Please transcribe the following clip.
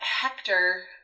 Hector